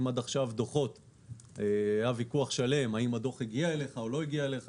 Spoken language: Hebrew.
כי מעכשיו אין ויכוח על אם הדוח הגיע אליך או לא הגיע אליך.